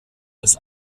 des